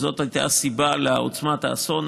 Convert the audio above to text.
וזאת הייתה הסיבה לעוצמת האסון,